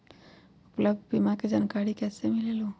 उपलब्ध बीमा के जानकारी कैसे मिलेलु?